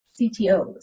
CTOs